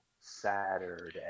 Saturday